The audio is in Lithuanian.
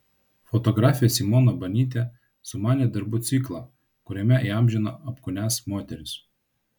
fotografė simona banytė sumanė darbų ciklą kuriame įamžino apkūnias moteris